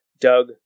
Doug